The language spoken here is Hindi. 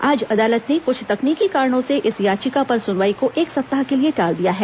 आज अदालत ने कुछ तकनीकी कारणों से इस याचिका पर सुनवाई को एक सप्ताह के लिए टाल दिया है